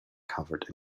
covered